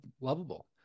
lovable